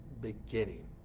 beginning